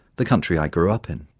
the country i grew up in.